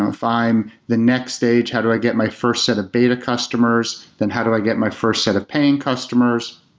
if i'm the next stage, how do i get my first set of beta customers and how do i get my first set of paying customers,